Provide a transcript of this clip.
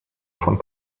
von